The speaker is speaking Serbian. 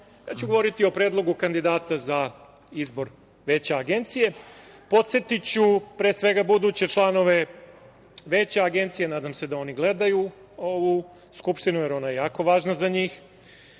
ja ću govoriti o Predlogu kandidata za izbor Veća Agencije. Podsetiću, pre svega, buduće članove Veća Agencije, nadam se da oni gledaju ovu Skupštinu, jer ona je jako važna za njih,